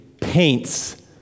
paints